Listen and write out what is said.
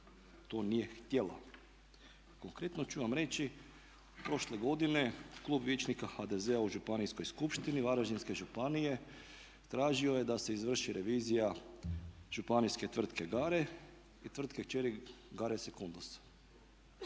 to nije htjela. Konkretno ću vam reći prošle godine Klub vijećnika HDZ-a u Županijskoj skupštini Varaždinske županije tražio je da se izvrši revizija županijske tvrtke Gare, tvrtke kćeri Gare secundus.